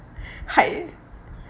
hide